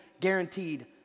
guaranteed